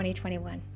2021